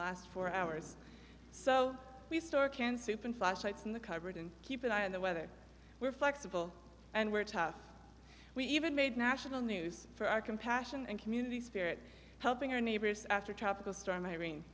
last four hours so we store canned soup and flashlights in the cupboard and keep an eye on the weather we're flexible and we're tough we even made national news for our compassion and community spirit helping our neighbors after tropical storm irene